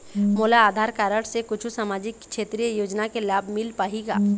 मोला आधार कारड से कुछू सामाजिक क्षेत्रीय योजना के लाभ मिल पाही का?